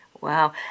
Wow